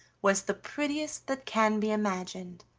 was the prettiest that can be imagined,